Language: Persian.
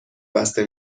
بسته